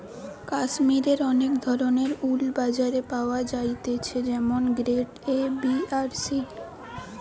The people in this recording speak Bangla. কাশ্মীরের অনেক ধরণের উল বাজারে পাওয়া যাইতেছে যেমন গ্রেড এ, বি আর সি